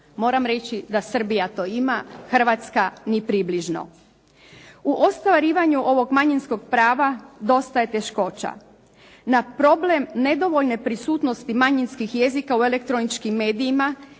Moram reći da Srbija to ima, Hrvatska ni približno. U ostvarivanju ovog manjinskog prava dosta je teškoća. Na problem nedovoljne prisutnosti manjinskih jezika u elektroničkim medijima